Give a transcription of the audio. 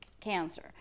cancer